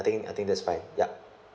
I think I think that's fine yup